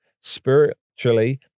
Spiritually